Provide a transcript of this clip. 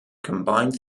combined